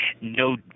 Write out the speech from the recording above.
no